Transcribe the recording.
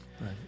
Right